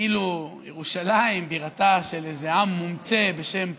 כאילו ירושלים בירתו של איזה עם מומצא בשם "פלסטין".